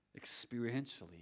experientially